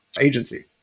agency